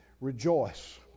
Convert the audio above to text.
Rejoice